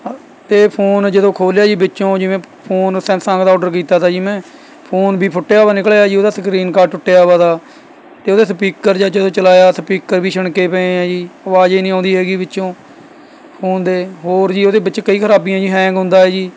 ਅ ਤੇ ਫੋਨ ਜਦੋਂ ਖੋਲ੍ਹਿਆ ਜੀ ਵਿੱਚੋਂ ਜਿਵੇਂ ਫੋਨ ਸੈਮਸੰਗ ਦਾ ਔਡਰ ਕੀਤਾ ਤਾ ਜੀ ਮੈਂ ਫੋਨ ਵੀ ਫੁੱਟਿਆ ਹੋਇਆ ਨਿਕਲਿਆ ਜੀ ਉਹਦਾ ਸਕਰੀਨ ਗਾਰਡ ਟੁੱਟਿਆ ਹੋਇਆ ਤਾ ਅਤੇ ਉਹਦੇ ਸਪੀਕਰ ਜਦ ਜਦੋਂ ਚਲਾਇਆ ਸਪੀਕਰ ਵੀ ਛਣਕੇ ਪਏ ਹੈ ਜੀ ਆਵਾਜ਼ ਹੀ ਨਹੀਂ ਆਉਂਦੀ ਹੈਗੀ ਵਿੱਚੋਂ ਫੋਨ ਦੇ ਹੋਰ ਜੀ ਉਹਦੇ ਵਿੱਚ ਕਈ ਖਰਾਬੀਆਂ ਜੀ ਹੈਂਗ ਹੁੰਦਾ ਹੈ ਜੀ